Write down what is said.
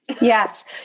Yes